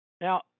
Now